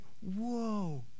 whoa